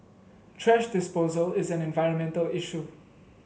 thrash disposal is an environmental issue